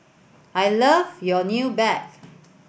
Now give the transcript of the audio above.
I love your new bag